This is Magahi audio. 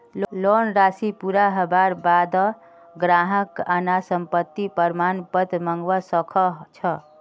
लोन राशि पूरा हबार बा द ग्राहक अनापत्ति प्रमाण पत्र मंगवा स ख छ